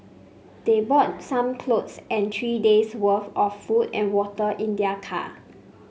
they brought some clothes and three days worth of food and water in their car